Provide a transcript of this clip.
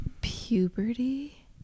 puberty